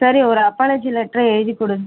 சரி ஒரு அப்பாலஜி லெட்டரை எழுதி கொடு